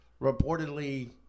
reportedly